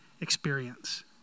experience